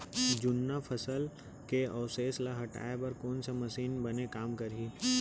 जुन्ना फसल के अवशेष ला हटाए बर कोन मशीन बने काम करही?